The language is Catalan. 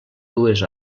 dues